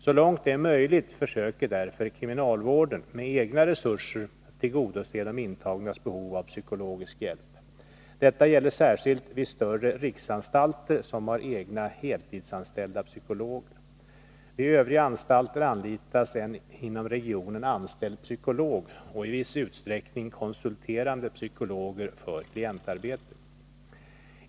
Så långt det är möjligt försöker därför kriminalvården med egna resurser tillgodose de intagnas behov av psykologisk hjälp. Detta gäller särskilt vid större riksanstalter, som har egna heltidsanställda psykologer. Vid övriga anstalter anlitas en inom regionen anställd psykolog och i viss utsträckning konsulterande psykologer för klientarbete.